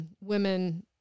women